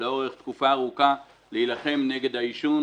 לאורך תקופה ארוכה כדי להילחם נגד העישון.